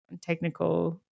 technical